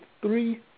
three